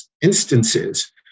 instances